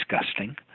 disgusting